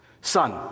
son